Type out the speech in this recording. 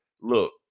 look